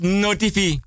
notifi